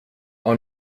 och